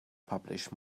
publish